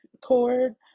cord